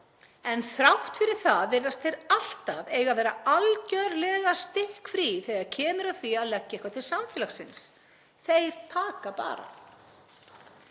En þrátt fyrir það virðast þeir alltaf eiga að vera algerlega stikkfrí þegar kemur að því að leggja eitthvað til samfélagsins. Þeir taka bara.